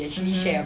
mmhmm